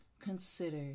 consider